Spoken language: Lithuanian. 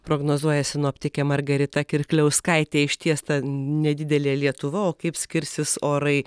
prognozuoja sinoptikė margarita kirkliauskaitė išties ta nedidelė lietuva o kaip skirsis orai